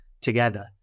together